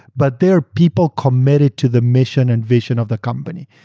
but they are people committed to the mission and vision of the company.